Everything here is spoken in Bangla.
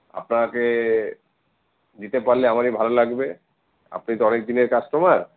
আপনাকে দিতে পারলে আমারই ভালো লাগবে আপনি তো অনেক দিনের কাস্টমার